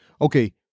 Okay